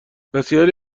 بسیاری